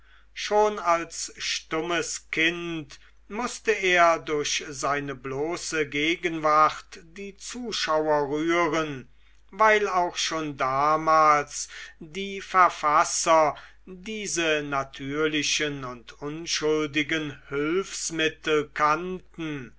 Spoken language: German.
schon als stummes kind mußte er durch seine bloße gegenwart die zuschauer rühren weil auch schon damals die verfasser diese natürlichen und unschuldigen hülfsmittel kannten